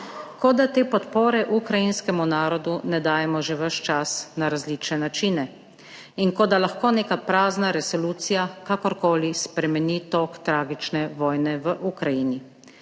kot da te podpore ukrajinskemu narodu ne dajemo že ves čas na različne načine, in kot da lahko neka prazna resolucija kakorkoli spremeni tok tragične vojne v Ukrajini.